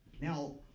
Now